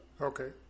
Okay